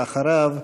ואחריו,